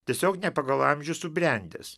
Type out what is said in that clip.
tiesiog ne pagal amžių subrendęs